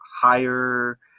higher